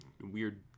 weird